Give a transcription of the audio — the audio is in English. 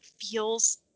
feels